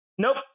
Nope